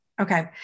okay